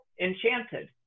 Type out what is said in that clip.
Enchanted